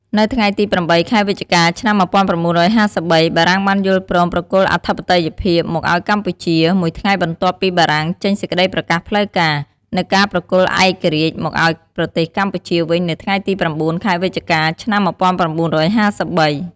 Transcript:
នៅថ្ងៃទី៨ ខែវិច្ឆិកា ឆ្នាំ ១៩៥៣ បារាំងបានយល់ព្រមប្រគល់អធិបតេយ្យភាពមកឱ្យកម្ពុជា មួយថ្ងៃបន្ទាប់ពីបារាំងចេញសេចក្ដីប្រកាសផ្លូវការណ៍ នូវការប្រគល់ឯករាជ្យមកឱ្យប្រទេសកម្ពុជាវិញ នៅថ្ងៃទី៩ ខែវិច្ឆិកា ឆ្នាំ ១៩៥៣ ។